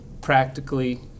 practically